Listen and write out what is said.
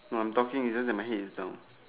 no I'm talking it's just that my head is down